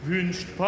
Wünscht